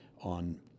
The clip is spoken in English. on